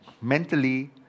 mentally